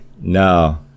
No